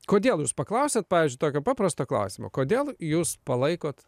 kodėl jūs paklausėt pavyzdžiui tokio paprasto klausimo kodėl jūs palaikot